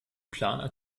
planer